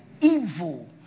evil